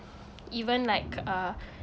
even like uh